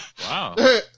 Wow